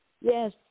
Yes